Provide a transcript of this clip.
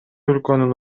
өлкөнүн